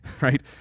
right